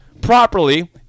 properly